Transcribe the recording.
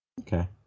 Okay